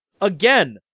again